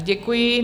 Děkuji.